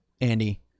Andy